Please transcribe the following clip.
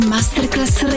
Masterclass